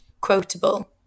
quotable